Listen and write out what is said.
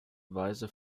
weise